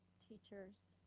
teachers,